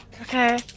Okay